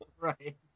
Right